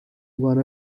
one